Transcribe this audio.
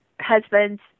husbands